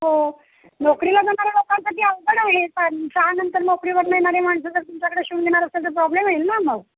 हो नोकरीला जाणाऱ्या लोकांसाठी अवघड होईल कारण सहा नंतर नोकरीवरून येणारे माणसं जर तुमच्याकडे शिवून घेणार असेल प्रॉब्लेम येईल ना मग